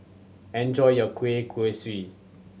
enjoy your kueh kosui